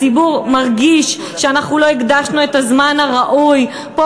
הציבור מרגיש שאנחנו לא הקדשנו את הזמן הראוי פה,